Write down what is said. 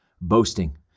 boasting